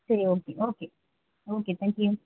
சரி okay okay okay thank you